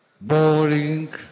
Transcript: boring